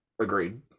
Agreed